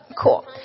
Cool